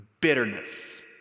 Bitterness